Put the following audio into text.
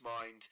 mind